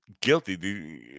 guilty